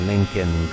Lincoln